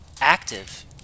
active